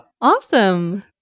Awesome